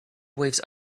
waves